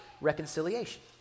reconciliation